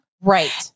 Right